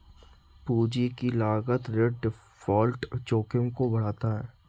पूंजी की लागत ऋण डिफ़ॉल्ट जोखिम को बढ़ाता है